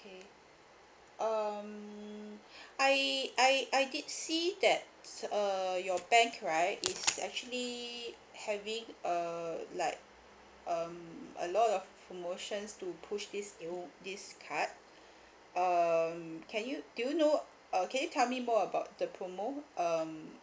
um I I I did see that err your bank right is actually having uh like um a lot of promotions to push this new this card um can you do you know uh can you tell me more about the promo um